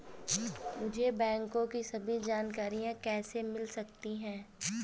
मुझे बैंकों की सभी जानकारियाँ कैसे मिल सकती हैं?